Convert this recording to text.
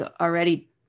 already